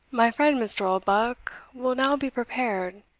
my friend mr. oldbuck will now be prepared,